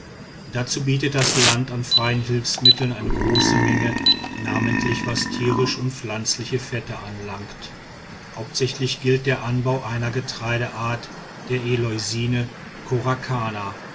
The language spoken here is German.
dazu bietet das land an freien hilfsmitteln eine große menge namentlich was tierische und pflanzliche fette anlangt hauptsächlich gilt der anbau einer getreideart der